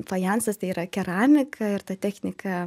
fajansas tai yra keramika ir ta technika